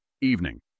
Evening